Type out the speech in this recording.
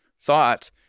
thought